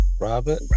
Robert